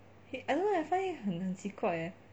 I don't know I find him 很奇怪 eh